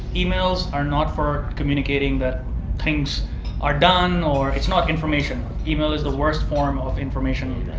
emails are not for communicating that things are done, or it's not information. email is the worst form of information,